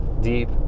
deep